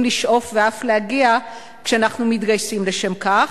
לשאוף ואף להגיע כשאנחנו מתגייסים לשם כך.